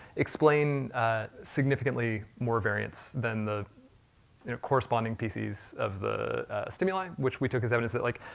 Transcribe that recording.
explain significantly more variance than the corresponding pieces of the stimuli, which we took as evidence that like,